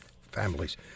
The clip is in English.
families